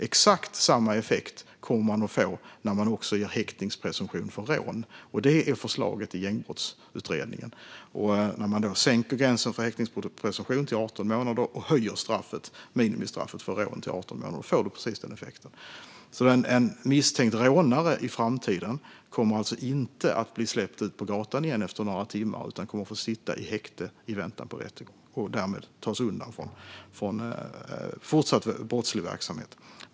Exakt samma effekt kommer häktningspresumtion för rån att få, vilket är förslaget i Gängbrottsutredningen. När man sänker gränsen för häktningspresumtion till 18 månader och höjer minimistraffet för rån till 18 månader får man precis den effekten. En misstänkt rånare kommer alltså i framtiden inte att bli utsläppt på gatan igen efter några timmar, utan personen kommer att få sitta i häkte i väntan på rättegång och därmed tas undan från fortsatt brottslig verksamhet.